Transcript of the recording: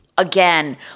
Again